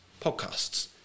podcasts